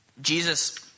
Jesus